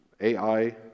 AI